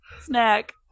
Snack